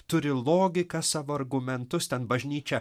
turi logiką savo argumentus ten bažnyčia